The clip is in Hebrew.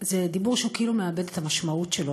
זה דיבור שכאילו מאבד את המשמעות שלו.